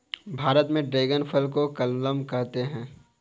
भारत में ड्रेगन फल को कमलम कहते है